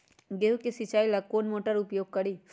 गेंहू के सिंचाई ला कौन मोटर उपयोग करी?